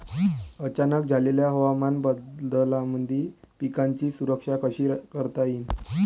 अचानक झालेल्या हवामान बदलामंदी पिकाची सुरक्षा कशी करता येईन?